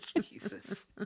Jesus